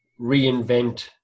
reinvent